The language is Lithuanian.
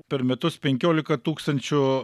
per metus penkiolika tūkstančių